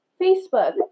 Facebook